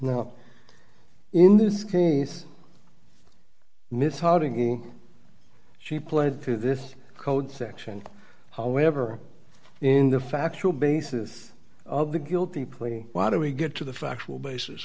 know in this case miss harding she pled through this code section however in the factual basis of the guilty plea why do we get to the factual basis